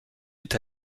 est